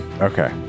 Okay